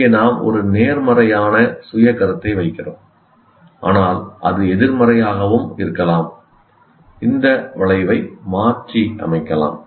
இங்கே நாம் ஒரு நேர்மறையான சுய கருத்தை வைக்கிறோம் ஆனால் அது எதிர்மறையாகவும் இருக்கலாம் இந்த வளைவை மாற்றியமைக்கலாம்